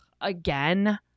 again